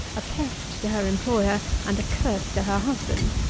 a pest to her employer, and a curse to her husband,